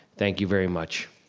thank you very much.